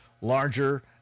larger